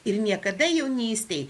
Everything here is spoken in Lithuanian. ir niekada jaunystėj